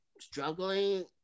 struggling